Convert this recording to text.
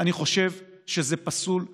אני חושב שזה פסול מיסודו,